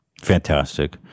fantastic